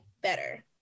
better